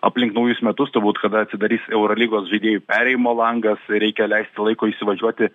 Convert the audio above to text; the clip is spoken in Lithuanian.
aplink naujus metus turbūt kada atsidarys eurolygos žaidėjų perėjimo langas reikia leisti laiko įsivažiuoti